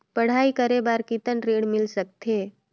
पढ़ाई करे बार कितन ऋण मिल सकथे?